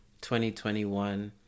2021